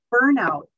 burnout